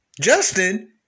Justin